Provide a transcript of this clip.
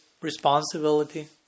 responsibility